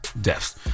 deaths